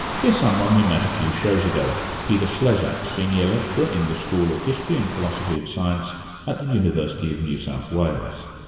here's someone we met a few shows ago, peter slezak, senior lecturer in the school of history and philosophy of science at the university of new south wales.